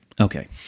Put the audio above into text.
Okay